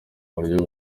buryo